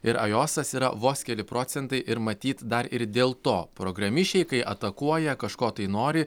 ir ajosas yra vos keli procentai ir matyt dar ir dėl to programišiai kai atakuoja kažko tai nori